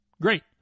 great